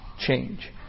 Change